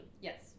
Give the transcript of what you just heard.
Yes